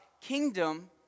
kingdom